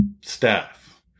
staff